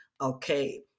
okay